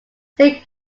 saint